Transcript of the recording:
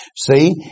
See